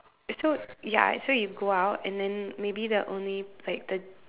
so ya so you go out and then maybe the only like the